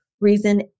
Reason